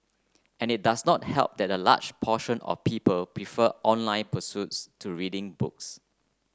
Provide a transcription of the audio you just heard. and it does not help that a large portion of people prefer online pursuits to reading books